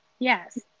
Yes